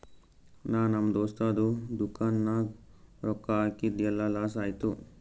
ನಾ ನಮ್ ದೋಸ್ತದು ದುಕಾನ್ ನಾಗ್ ರೊಕ್ಕಾ ಹಾಕಿದ್ ಎಲ್ಲಾ ಲಾಸ್ ಆಯ್ತು